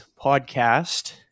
Podcast